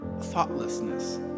thoughtlessness